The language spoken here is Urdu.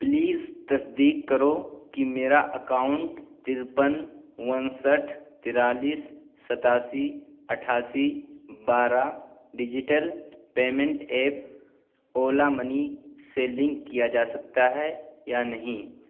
پلیز تصدیق کرو کہ میرا اکاؤنٹ ترپن انسٹھ تینالیس ستاسی اٹھاسی بارہ digital payment app Ola Money سے لنک کیا جا سکتا ہے یا نہیں